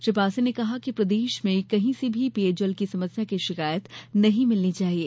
श्री पांसे ने कहा कि प्रदेश में कहीं से भी पेयजल की समस्या की शिकायत नहीं मिलना चाहिये